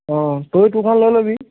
অঁ তয়ো তোৰখন লৈ ল'বি